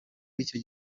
w’icyo